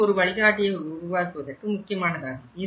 இது ஒரு வழிகாட்டியை உருவாக்குவதற்கு முக்கியமானதாகும்